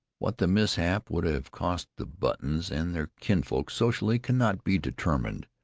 what the mishap would have cost the buttons and their kinsfolk socially cannot be determined,